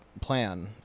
plan